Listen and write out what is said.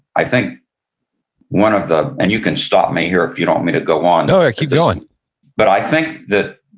i think one of the, and you can stop me here if you don't want me to go on no, keep going but i think that